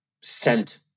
sent